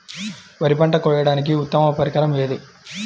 వరి పంట కోయడానికి ఉత్తమ పరికరం ఏది?